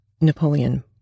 Napoleon